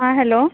हँ हैलो